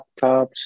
laptops